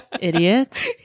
idiot